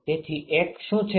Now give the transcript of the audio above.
તેથી 1UA શું છે